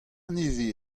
nevez